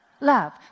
love